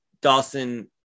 Dawson